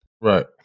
Right